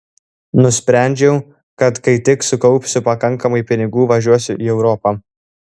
nusprendžiau kad kai tik sukaupsiu pakankamai pinigų važiuosiu į europą